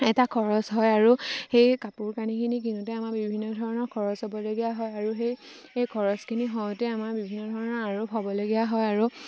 এটা খৰচ হয় আৰু সেই কাপোৰ কানিখিনি কিনোতে আমাৰ বিভিন্ন ধৰণৰ খৰচ হ'বলগীয়া হয় আৰু সেই সেই খৰচখিনি হওঁতে আমাৰ বিভিন্ন ধৰণৰ আৰোপ হ'বলগীয়া হয় আৰু